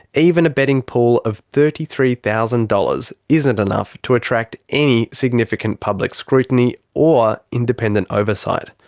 even a betting pool of thirty three thousand dollars isn't enough to attract any significant public scrutiny. or independent oversight.